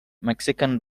mexican